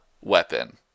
weapon